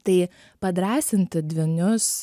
tai padrąsinti dvynius